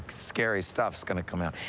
scary stuff's gonna come out.